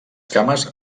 cames